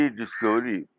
discovery